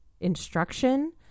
instruction